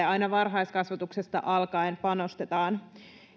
aina varhaiskasvatuksesta alkaen panostetaan